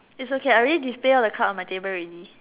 it's okay I already display all the card on my table already